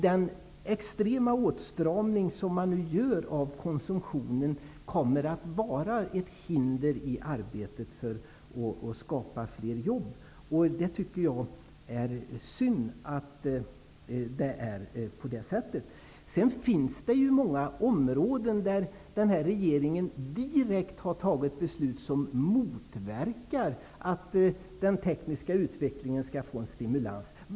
Den extrema åtstramning som man nu gör av konsumtionen kommer att vara ett hinder i arbetet med att skapa flera jobb. Jag tycker att det är synd. Det finns många områden på vilka den här regeringen har fattat beslut som direkt motverkar stimulans av den tekniska utvecklingen.